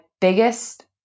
biggest